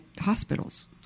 hospitals